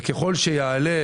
וככל שיעלה